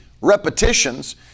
repetitions